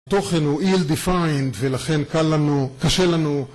התוכן הוא איל דיפיינד, ולכן קשה לנו...